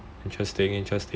interesting interesting